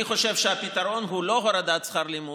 אני חושב שהפתרון הוא לא הורדת שכר לימוד,